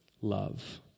love